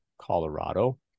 colorado